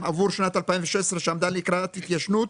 עבור שנת 2016 שעמדה לקראת התיישנות,